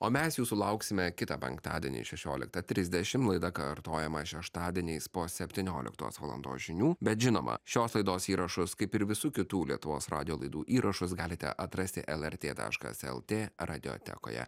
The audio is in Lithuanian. o mes jūsų sulauksime kitą penktadienį šešioliktą trisdešim laida kartojama šeštadieniais po septynioliktos valandos žinių bet žinoma šios laidos įrašus kaip ir visų kitų lietuvos radijo laidų įrašus galite atrasti lrt taškas lt radiotekoje